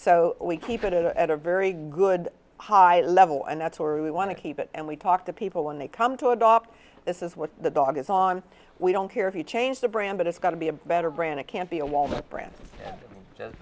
so we keep it at a very good high level and that's where we want to keep it and we talk to people when they come to adopt this is what the dog is on we don't care if you change the brand but it's got to be a better brand it can't be a wal mart brand and just